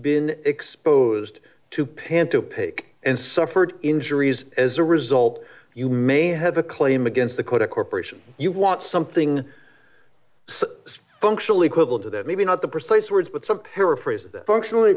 been exposed to pan to pick and suffered injuries as a result you may have a claim against the quota corp you want something functionally equivalent to that maybe not the precise words but some paraphrase functionally